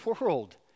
world